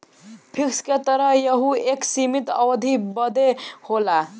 fix के तरह यहू एक सीमित अवधी बदे होला